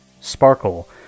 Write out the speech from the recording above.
Sparkle